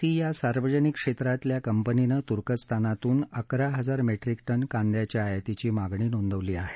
C या सार्वजनिक क्षेत्रातील कंपनीने तुर्कस्तानाततून अकरा हजार मेट्रिक टन कांदयांच्या आयातीची मागणी नोंदवली आहे